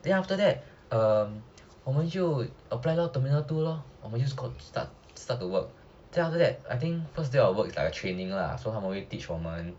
then after that uh 我们就 apply 到 terminal two lor 我们就 start start to work then after that I think first day of work is like a training lah so 他们会 teach 我们